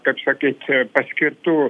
kaip sakyt paskirtų